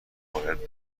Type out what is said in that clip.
باید